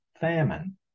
famine